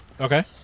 Okay